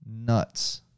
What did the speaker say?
Nuts